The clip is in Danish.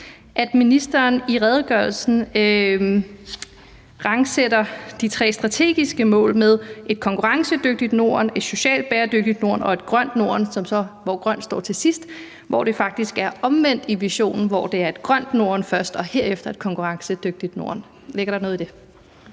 at ministeren i redegørelsen rangordner de tre strategiske mål om et konkurrencedygtigt Norden, et socialt bæredygtigt Norden og et grønt Norden, hvor grønt så står til sidst. Det er faktisk omvendt i visionen, hvor det er et grønt Norden først og herefter et konkurrencedygtigt Norden. Ligger der noget i det?